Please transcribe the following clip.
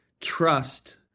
trust